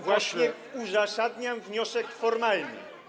Właśnie uzasadniam wniosek formalny.